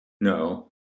No